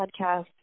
podcast